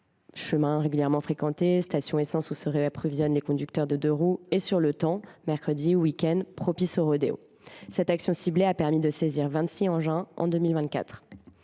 chemins régulièrement fréquentés, stations essence où se réapprovisionnent les conducteurs de deux roues – et les moments – mercredis et week ends – propices aux rodéos. Cette action ciblée a permis de saisir vingt six engins en 2024.